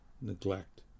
neglect